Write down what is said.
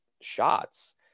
shots